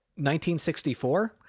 1964